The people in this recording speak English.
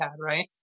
right